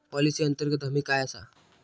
Policy अंतर्गत हमी काय आसा?